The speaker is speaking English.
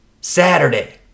Saturday